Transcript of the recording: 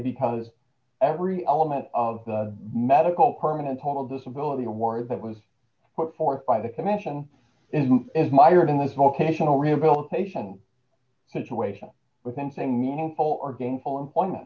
because every element of the medical permanent home of disability award that was put forth by the commission is mired in this vocational rehabilitation situation with insane meaningful or gainful employment